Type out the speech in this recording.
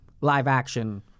live-action